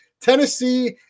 Tennessee